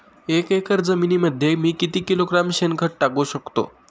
एक एकर जमिनीमध्ये मी किती किलोग्रॅम शेणखत टाकू शकतो?